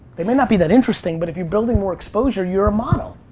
they may not be that interesting, but if you're building more exposure, you're a model.